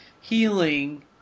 healing